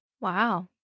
Wow